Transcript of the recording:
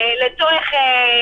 למשל,